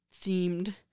themed